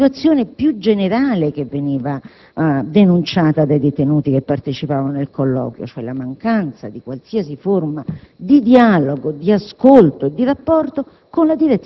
di una situazione più generale che veniva denunciata dai detenuti che partecipavano al colloquio: la mancanza, cioè, di qualsiasi forma di dialogo, di ascolto e di rapporto